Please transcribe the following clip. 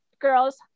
girls